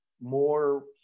more